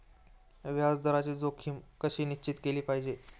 व्याज दराची जोखीम कशी निश्चित केली पाहिजे